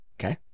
okay